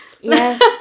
Yes